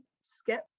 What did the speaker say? skip